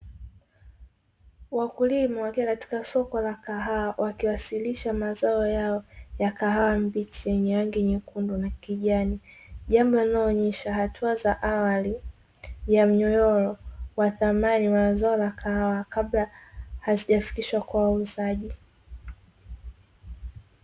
Wakulima wakiwa katika soko la kahawa wakiwasilisha mazao yao ya kahawa mbichi yenye rangi ya nyekundu na kijani. Jambo linaloonesha hatua za awali ya mnyonyoro wa thamani wa zao la kahawa kabla hazijafikishwa kwa wauzaji.